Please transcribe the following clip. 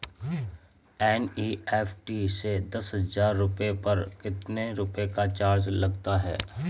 NEFT से दस हजार रुपयों पर कितने रुपए का चार्ज लगता है?